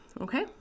okay